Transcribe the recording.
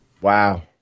Wow